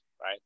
right